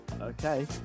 Okay